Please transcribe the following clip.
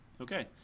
Okay